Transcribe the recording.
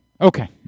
Okay